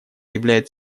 являет